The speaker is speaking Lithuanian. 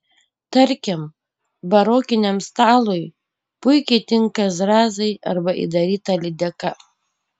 tarkim barokiniam stalui puikiai tinka zrazai arba įdaryta lydeka